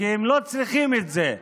הם לא צריכים את זה.